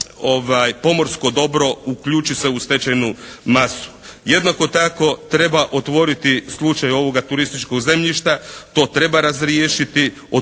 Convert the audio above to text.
pomorsko dobro uključi se u stečajnu masu. Jednako tako treba otvoriti slučaj ovoga turističkog zemljišta. To treba razriješiti.